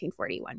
1941